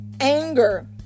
Anger